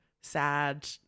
sad